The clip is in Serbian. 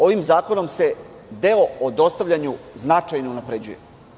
Ovim zakonom se deo o dostavljanju značajno unapređuje.